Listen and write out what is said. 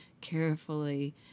carefully